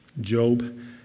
Job